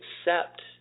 accept